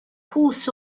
کوس